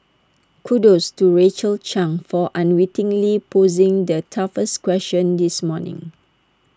kudos to Rachel chang for unwittingly posing the toughest question this morning